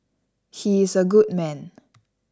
he is a good man